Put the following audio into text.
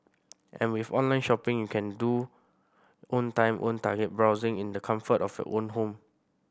and with online shopping you can do own time own target browsing in the comfort of your own home